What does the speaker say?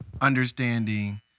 Understanding